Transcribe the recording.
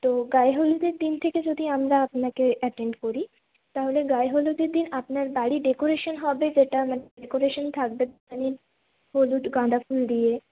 তো গায়ে হলুদের দিন থেকে যদি আমরা আপনাকে অ্যাটেন্ড করি তাহলে গায়ে হলুদের দিন আপনার বাড়ি ডেকোরেশান হবে যেটা মানে ডেকোরেশন থাকবে মানে হলুদ গাঁদা ফুল দিয়ে